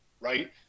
right